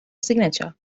signature